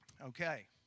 Okay